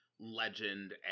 Legend